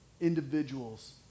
individuals